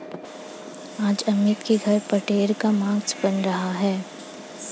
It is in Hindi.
आज अमित के घर बटेर का मांस बन रहा है